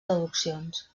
traduccions